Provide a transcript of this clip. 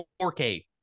4K